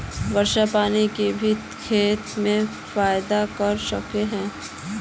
वर्षा के पानी भी ते खेत में फायदा कर सके है?